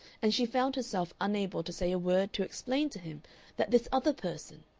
and she found herself unable to say a word to explain to him that this other person,